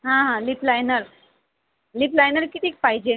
हां हां lip liner lip liner कितीक पाहिजे